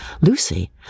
Lucy